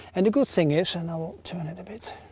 and the good thing is and i won't turn it a bit